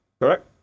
correct